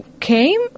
came